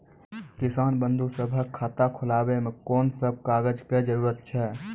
किसान बंधु सभहक खाता खोलाबै मे कून सभ कागजक जरूरत छै?